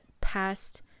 past